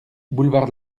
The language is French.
boulevard